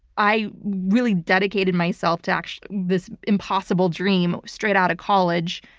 i really dedicated myself to actually this impossible dream straight out of college.